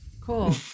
Cool